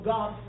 God